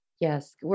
Yes